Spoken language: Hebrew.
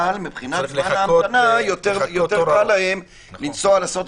אבל מבחינת ההמתנה יותר קל להם לנסוע לעשות